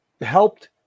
Helped